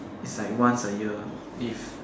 is like once a year if